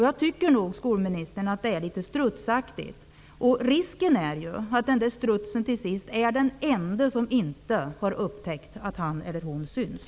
Jag tycker nog, skolministern, att det är litet strutsaktigt. Risken är ju att strutsen till sist är den enda som inte har upptäckt att han eller hon syns.